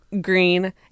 green